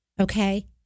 okay